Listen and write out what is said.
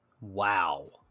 Wow